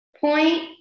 point